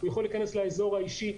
להיכנס לאזור האישי,